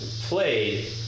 played